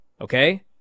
okay